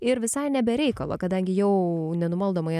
ir visai ne be reikalo kadangi jau nenumaldomai